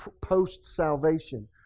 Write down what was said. post-salvation